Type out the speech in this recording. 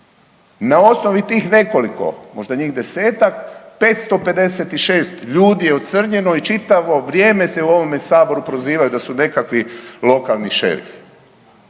Na osnovi tih nekoliko, možda njih 10-također, 556 ljudi je ocrnjeno i čitavo vrijeme se u ovome Saboru prozivaju da su nekakvi lokalni šerifi.